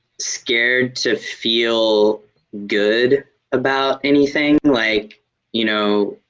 scared to feel good about anything. like you know,